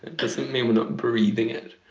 doesn't mean we're not breathing it.